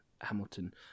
Hamilton